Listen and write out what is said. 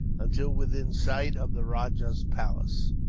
until within sight of the rajah's palace.